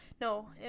No